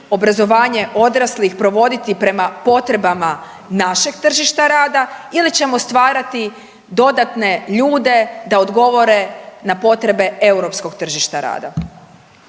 obrazovanje odraslih provoditi prema potrebama našeg tržišta rada ili ćemo stvarati dodatne ljude da odgovore na potrebe europskog tržišta rada?